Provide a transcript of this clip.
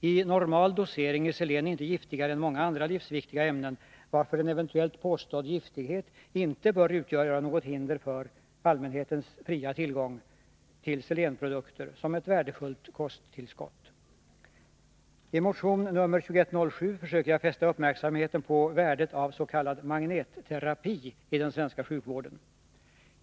I normal dosering är selen inte giftigare än många andra livsviktiga ämnen, varför en eventuellt påstådd giftighet inte bör utgöra något hinder för allmänhetens fria tillgång till selenprodukter såsom ett värdefullt kosttillskott. I motion nr 2107 försöker jag fästa uppmärksamheten på värdet av s.k. magnetterapi i den svenska sjukvården.